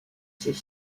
ses